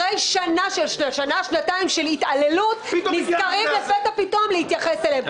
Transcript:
אחרי שנה שנתיים של התעללות אז נזכרים לפתע פתאום להתייחס אליהם.